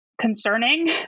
concerning